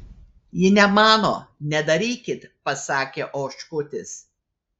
ji ne mano nedarykit pasakė oškutis